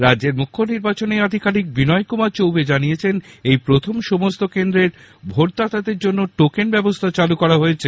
রাজ্যের মুখ্য নির্বাচনী আধিকারিক বিনয় কুমার চৌবে জানিয়েছেন এই প্রথম সমস্ত কেন্দ্রের ভোটদাতাদের জন্য টোকেন ব্যবস্হা চালু করা হয়েছে